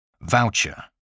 Voucher